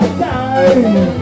die